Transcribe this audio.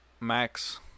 Max